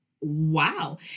wow